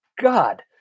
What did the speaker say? God